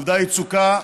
עובדה יצוקה,